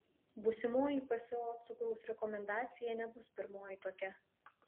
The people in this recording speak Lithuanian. būsimoji pso cukraus rekomendacija nebus pirmoji tokia